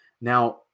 now